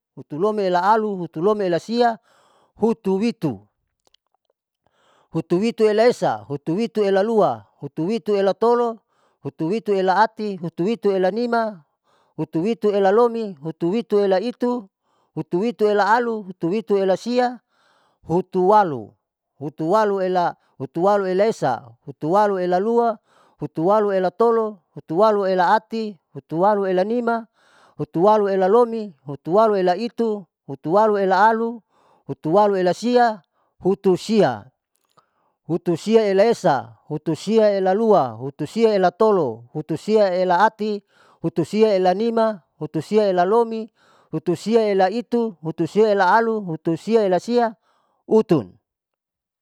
Hutulomiela alu, hutulomiela sia, hutuitu, hutuituela esa, hutuituela lua, hutuituela tolo, hutuituela ati, hutuituela nima, hutuituela lomi, hutuituela itu, hutuituela alu, hutuituela sia, hutualu, hutualuela, hutualuela esa, hutualuela lua, hutualuela tolo, hutualuela ati, hutualuela nima, hutualuela lomi, hutualuela itu, hutualuela alu, hutualuela sia, hutusia, hutusiaela esa, hutusiaela lua, hutusiaela tolo, hutusiaela ati, hutusiaela nima, hutusiaela lomi, hutusiaela itu, hutusiaela alu, hutusiaela sia, utun